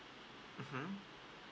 mmhmm